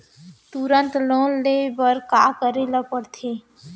तुरंत लोन ले बर का करे ला पढ़थे?